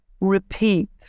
repeat